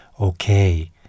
okay